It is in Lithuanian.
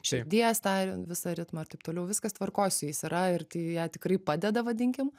širdies tą visą ritmą ir taip toliau viskas tvarkoj su jais yra ir tai jie tikrai padeda vadinkim